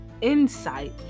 insight